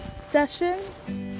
sessions